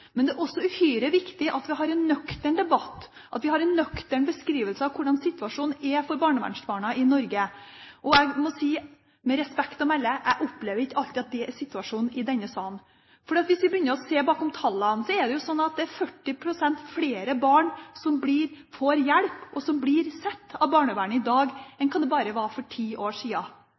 men det er også uhyre viktig at vi har en nøktern debatt, at vi har en nøktern beskrivelse av hvordan situasjonen er for barnevernsbarna i Norge. Jeg må si, med respekt å melde, at jeg opplever ikke alltid at det er situasjonen i denne salen. For hvis vi begynner å se bak tallene, er det 40 pst. flere barn som får hjelp, og som blir sett av barnevernet i dag enn det var for bare ti år